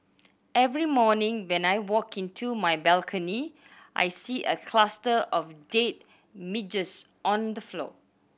every morning when I walk into my balcony I see a cluster of dead midges on the floor